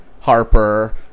Harper